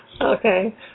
Okay